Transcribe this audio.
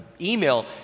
email